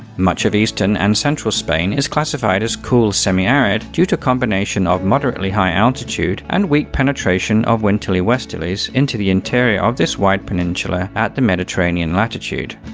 much of eastern and central spain is classified as cool semi-arid, due to a combination of moderately high altitude, and weak penetration of winterly westerlies into the interior of this wide peninsula at the mediterranean latitude.